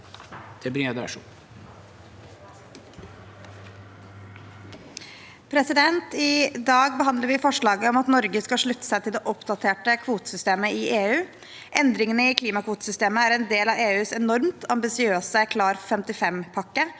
1 og 2): I dag behandler vi forslaget om at Norge skal slutte seg til det oppdaterte kvotesystemet i EU. Endringene i klimakvotesystemet er en del av EUs enormt ambisiøse Klar for 55-pakke,